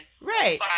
Right